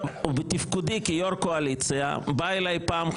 בתפקודי כיו"ר קואליציה בא אליי פעם,